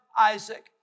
Isaac